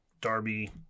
Darby